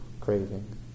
craving